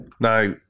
Now